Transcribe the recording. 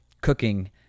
cooking